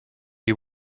you